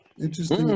Interesting